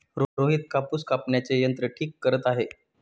रोहित कापूस कापण्याचे यंत्र ठीक करत आहे